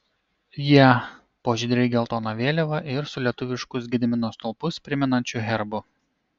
jie po žydrai geltona vėliava ir su lietuviškus gedimino stulpus primenančiu herbu